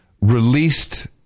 released